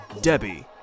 Debbie